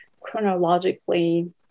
chronologically